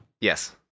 Yes